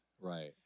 right